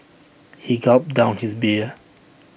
he gulped down his beer